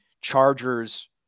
Chargers